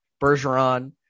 Bergeron